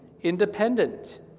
independent